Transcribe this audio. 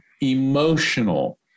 emotional